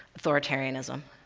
authoritarianism,